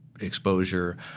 exposure